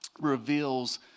reveals